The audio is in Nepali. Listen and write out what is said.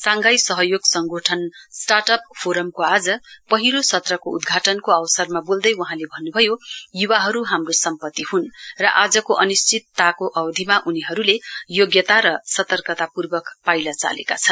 शांघाई सहयोग संगठन स्टार्टअपस फोरमको आज पहिलो सत्रको उद्घाटनको अवसरमा बोल्दै वहाँले भन्नभयो युवाहरु हाम्रो सम्पति हुन र आजको अनिश्चितको अवधिमा उनीहरुले योग्यता र सतर्कतापूर्वक पाइला चालेका छन्